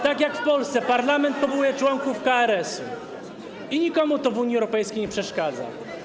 Tak jak w Polsce parlament powołuje członków KRS-u i nikomu to w Unii Europejskiej nie przeszkadza.